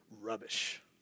rubbish